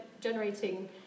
generating